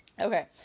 Okay